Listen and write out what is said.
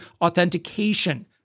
authentication